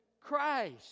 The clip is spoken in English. Christ